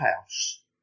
house